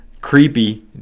creepy